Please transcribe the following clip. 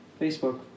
Facebook